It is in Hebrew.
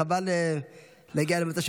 חבל להגיע למצב,